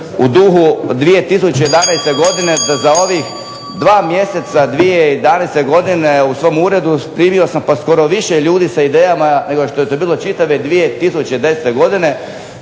u duhu 2011. godine se za ovih 2 mjeseca 2011. godine u svom uredu primio sam pa skoro više ljudi sa idejama nego što je to bilo čitave 2010. godine.